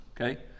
okay